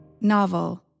Novel